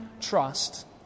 trust